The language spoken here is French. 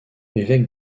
évêque